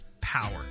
power